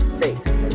face